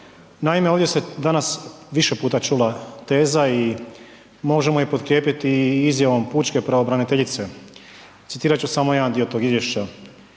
Naime, ovdje se danas više puta čula teza i možemo je potkrijepiti i izjavom pučke pravobraniteljice, citirat ću samo jedan dio tog izvješća.